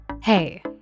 Hey